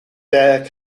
dare